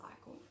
cycle